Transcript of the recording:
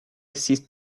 ceased